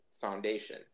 foundation